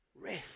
rest